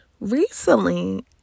Recently